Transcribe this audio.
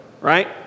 right